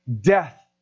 death